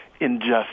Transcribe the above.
injustice